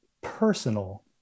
personal